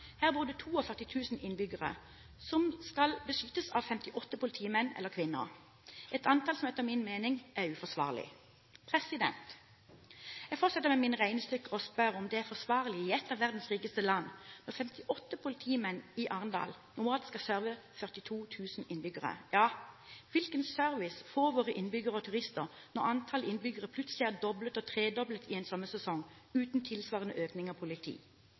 Her bor det 42 000 innbyggere som skal beskyttes av 58 politimenn eller -kvinner, et antall som etter min mening er uforsvarlig. Jeg fortsetter med mine regnestykker og spør om det er forsvarlig i et av verdens rikeste land at 58 politimenn i Arendal normalt skal serve 42 000 innbyggere. Hvilken service får våre innbyggere og turister når antall innbyggere plutselig er doblet og tredoblet i en sommersesong, uten tilsvarende økning av politi?